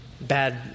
bad